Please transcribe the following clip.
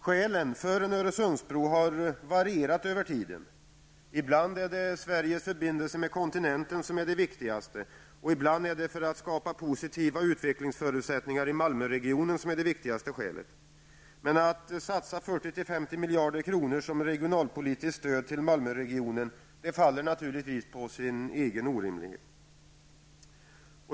Skälen för en Öresundsbro varierar över tiden. Ibland är det Sveriges förbindelser til kontinenten som är den viktigaste, ibland är det för att skapa positiva utvecklingsförutsättningar för Malmöregionen. Att satsa 40--50 miljarder kronor som regionalpolitiskt stöd till Malmöregionen faller på sin egen orimlighet.